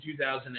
2008